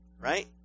right